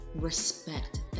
respect